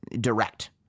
direct